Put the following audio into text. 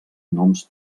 noms